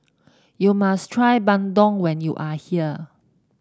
you must try Bandung when you are here